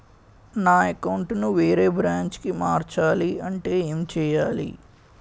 నా అకౌంట్ ను వేరే బ్రాంచ్ కి మార్చాలి అంటే ఎం చేయాలి?